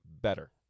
better